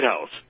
House